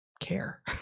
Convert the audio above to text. Care